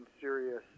serious